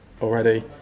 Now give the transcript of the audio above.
already